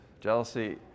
jealousy